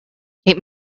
eight